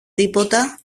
τίποτα